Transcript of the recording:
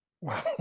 Wow